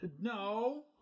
no